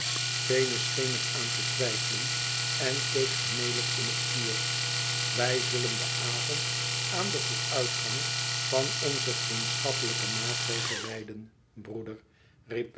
venus scheen er aan te twijfelen en keek gemelijk in het vuur wij zullen den avond aan den vooruitgang van onzen vriendschappelijken maatregel wijden broeder